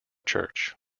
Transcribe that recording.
church